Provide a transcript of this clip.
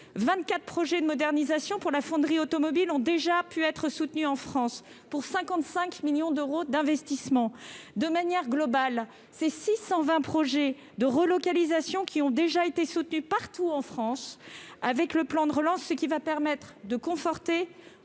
24 projets de modernisation pour la fonderie automobile ont déjà pu être soutenus en France, pour 55 millions d'euros d'investissements. De manière globale, 620 projets de relocalisation ont déjà été soutenus partout en France, avec le plan de relance, ce qui va permettre de conforter